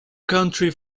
country